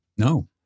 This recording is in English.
No